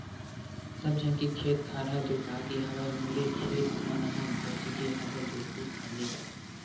सब झन के खेत खार ह जोतागे हवय मोरे खेत मन ह बचगे हवय जोते फांदे बर